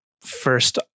First